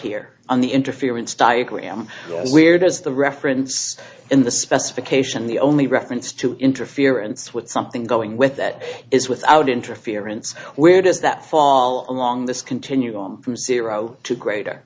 here on the interference diagram where does the reference in the specification the only reference to interference with something going with that is without interference where does that fall along this continuum from zero to greater